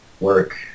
work